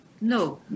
no